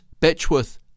Betchworth